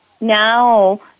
now